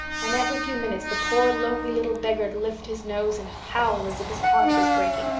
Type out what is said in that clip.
and every few minutes the poor lonely little beggar'd lift his nose and howl as if his heart was breaking.